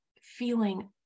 feeling